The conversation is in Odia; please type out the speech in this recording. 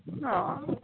ହଁ